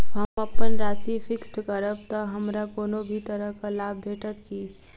हम अप्पन राशि फिक्स्ड करब तऽ हमरा कोनो भी तरहक लाभ भेटत की?